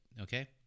okay